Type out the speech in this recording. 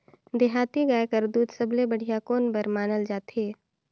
देहाती गाय कर दूध सबले बढ़िया कौन बर मानल जाथे?